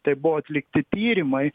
tai buvo atlikti tyrimai